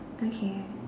okay